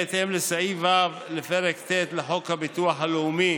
בהתאם לסעיף ו' לפרק ט' לחוק הביטוח הלאומי